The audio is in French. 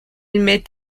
met